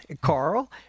Carl